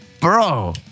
bro